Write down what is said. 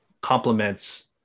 complements